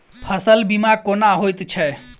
फसल बीमा कोना होइत छै?